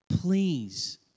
Please